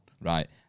right